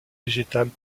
végétales